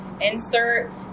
insert